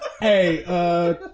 Hey